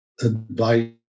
advice